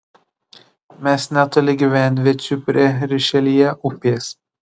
mes netoli gyvenviečių prie rišeljė upės